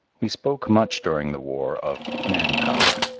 we spoke much during the war of man power.